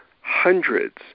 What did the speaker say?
hundreds